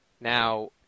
now